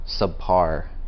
subpar